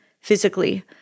physically